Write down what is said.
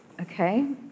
okay